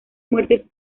muertes